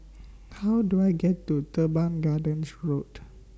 How Do I get to Teban Gardens Road